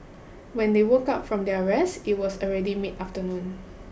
when they woke up from their rest it was already mid afternoon